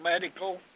medical